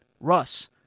Russ